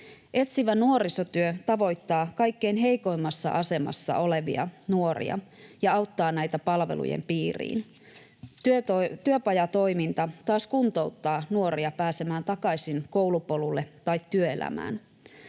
Etsivä nuorisotyö tavoittaa kaikkein heikoimmassa asemassa olevia nuoria ja auttaa näitä palvelujen piiriin. Työpajatoiminta taas kuntouttaa nuoria pääsemään takaisin koulupolulle tai työelämään.